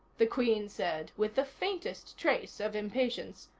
the queen said, with the faintest trace of impatience,